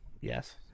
Yes